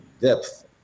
depth